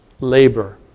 labor